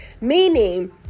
meaning